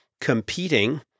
competing